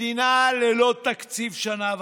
מדינה ללא תקציב שנה וחצי.